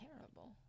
terrible